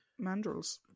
mandrels